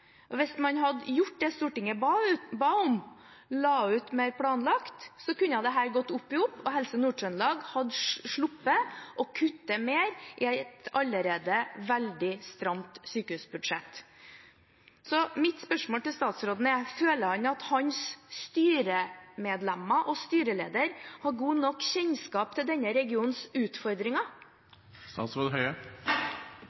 Hvis man hadde gjort det Stortinget ba om og lagt ut mer planlagt, kunne dette gått opp i opp, og Helse Nord-Trøndelag hadde sluppet å kutte mer i et allerede veldig stramt sykehusbudsjett. Så mitt spørsmål til statsråden er: Føler han at hans styremedlemmer og styreleder har god nok kjennskap til denne regionens utfordringer?